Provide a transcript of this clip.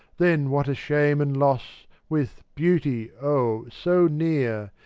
then what a shame and loss, with beauty, oh, so near,